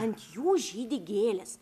ant jų žydi gėlės